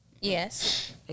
Yes